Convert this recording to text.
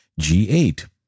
G8